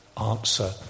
Answer